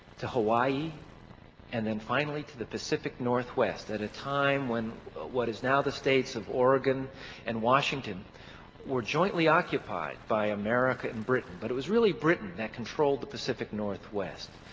to hawaii and then finally to the pacific northwest at a time when what is now the states of oregon and washington were jointly occupied by america and britain but it was really britain that controlled the pacific northwest.